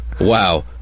wow